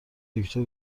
دکتر